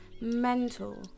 mental